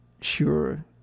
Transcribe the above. sure